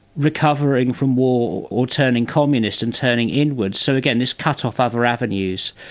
recovering from war or turning communist and turning inwards, so again, this cut off other avenues.